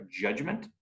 judgment